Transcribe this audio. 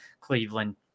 Cleveland